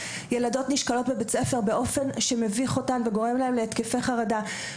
ילדות נשקלות בבית הספר באופן שמביך אותן וגורם להן להתקפי חרדה.